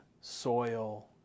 soil